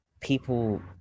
people